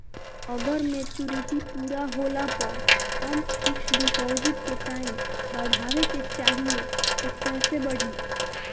अगर मेचूरिटि पूरा होला पर हम फिक्स डिपॉज़िट के टाइम बढ़ावे के चाहिए त कैसे बढ़ी?